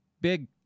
big